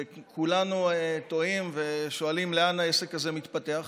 וכולנו תוהים ושואלים לאן העסק הזה מתפתח.